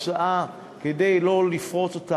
כדי לא לפרוץ אותה,